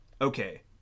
Okay